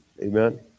Amen